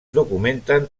documenten